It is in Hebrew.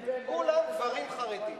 דיינים,